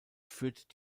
führt